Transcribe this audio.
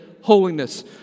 Holiness